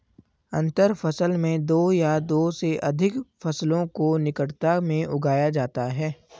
अंतर फसल में दो या दो से अघिक फसलों को निकटता में उगाया जाता है